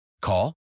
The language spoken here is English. Call